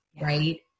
Right